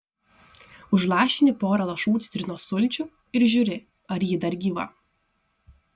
užlašini porą lašų citrinos sulčių ir žiūri ar ji dar gyva